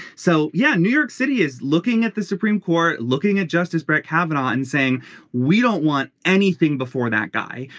so yeah new york city is looking at the supreme court looking at justice brett kavanaugh and saying we don't want anything before that guy.